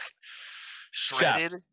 shredded